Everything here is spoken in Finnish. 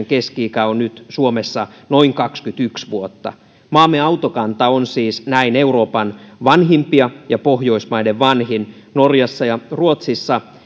keski ikä on nyt suomessa noin kaksikymmentäyksi vuotta maamme autokanta on siis näin euroopan vanhimpia ja pohjoismaiden vanhin norjassa ja ruotsissa